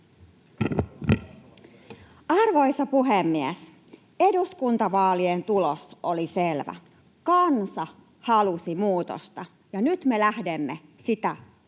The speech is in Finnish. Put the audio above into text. Arvoisa puhemies! Eduskuntavaalien tulos oli selvä: kansa halusi muutosta. Ja nyt me lähdemme sitä ajamaan.